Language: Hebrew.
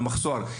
המחסור.